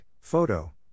Photo